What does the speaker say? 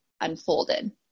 unfolded